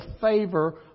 favor